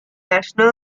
national